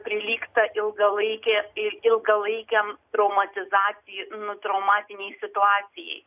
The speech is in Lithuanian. prilygsta ilgalaikės ir ilgalaikiam traumatizacijai nu traumatinei situacijai